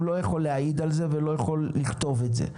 הוא לא יכול להעיד על זה ולא יכול לכתוב על זה.